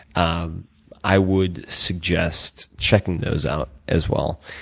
um i would suggest checking those out as well.